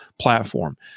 platform